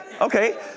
okay